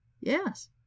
Yes